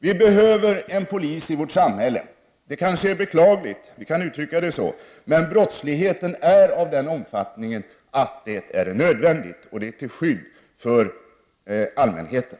Vi behöver polisen i vårt samhälle. Det kanske är beklagligt — man kan uttrycka det på ett sådant sätt — men brottsligheten är av den omfattningen att det är nödvändigt för att skydda allmänheten.